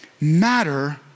matter